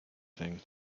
thing